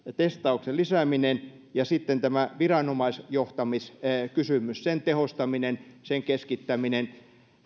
testauksen lisääminen ja sitten tämä viranomaisjohtamiskysymys sen tehostaminen sen keskittäminen